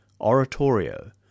Oratorio